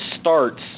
starts